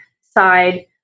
side